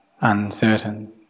uncertain